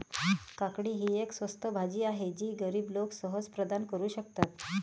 काकडी ही एक स्वस्त भाजी आहे जी गरीब लोक सहज प्रदान करू शकतात